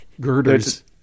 girders